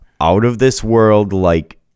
out-of-this-world-like